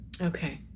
Okay